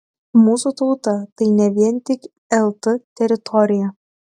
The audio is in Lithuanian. mūsų tauta tai ne vien tik lt teritorija